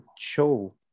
show